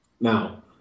Now